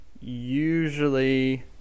usually